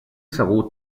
segur